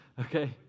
Okay